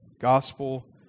Gospel